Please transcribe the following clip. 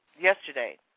yesterday